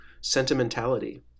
sentimentality